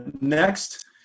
next